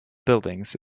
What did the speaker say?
buildings